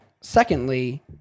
secondly